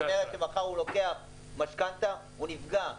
מחר הוא לוקח משכנתא, הוא נפגע.